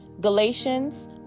Galatians